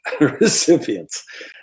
recipients